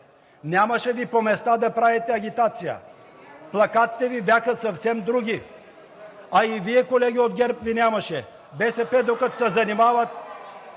нямаше ви по места да правите агитация. Плакатите Ви бяха съвсем други. (Шум и реплики.) А и Вие, колеги от ГЕРБ, Ви нямаше. БСП, докато се занимават...